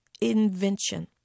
invention